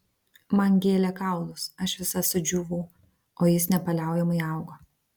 man gėlė kaulus aš visa sudžiūvau o jis nepaliaujamai augo